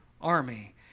army